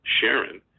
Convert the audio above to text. Sharon